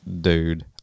Dude